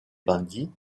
bandits